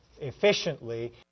efficiently